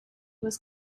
was